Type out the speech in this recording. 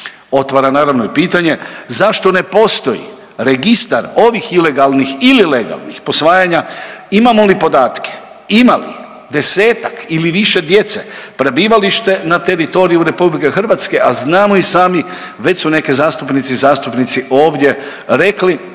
otvara naravno i pitanje zašto ne postoji registar ovih ilegalnih ili legalnih posvajanja, imamo li podatke ima li desetak ili više djece prebivalište na teritoriju RH, a znamo i sami već su neke zastupnice i zastupnice ovdje rekli